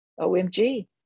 omg